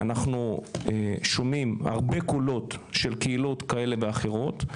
אנחנו שומעים הרבה קולות של קהילות כאלה ואחרות,